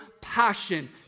passion